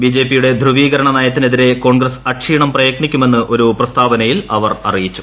ബിജെപിയുടെ ധ്രുവീകരണ നയത്തിനെതിരെ കോൺഗ്രസ്സ് അക്ഷീണം പ്രയത്നിക്കുമെന്ന് ഒരു പ്രസ്താവനയിൽ അവർ അറിയിച്ചു